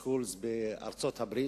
בארצות-הברית,